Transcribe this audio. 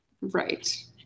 Right